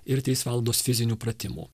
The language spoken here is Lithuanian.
ir trys valandos fizinių pratimų